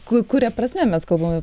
kuria prasme mes galvojome